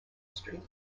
street